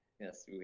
Yes